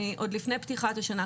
עוד לפני פתיחת השנה,